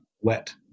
wet